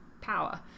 power